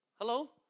Hello